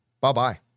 bye-bye